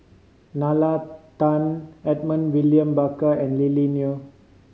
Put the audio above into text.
Nalla Tan Edmund William Barker and Lily Neo